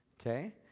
Okay